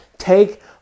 take